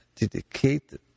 dedicated